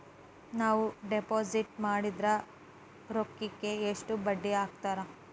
ನಾವು ಡಿಪಾಸಿಟ್ ಮಾಡಿದ ರೊಕ್ಕಿಗೆ ಎಷ್ಟು ಬಡ್ಡಿ ಹಾಕ್ತಾರಾ?